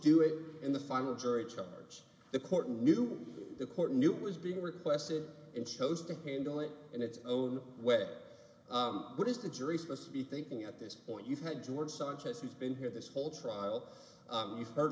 do it in the final jury charge the court knew the court knew it was being requested and chose to handle it in its own way what is the jury supposed to be thinking at this point you've had two words such as he's been here this whole trial you've heard